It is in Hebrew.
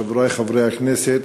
חברי חברי הכנסת,